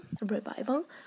revival